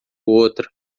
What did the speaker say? outra